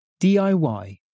DIY